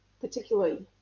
particularly